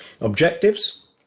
objectives